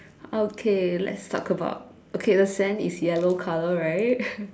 okay let's talk about okay the sand is yellow colour right